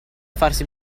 farsi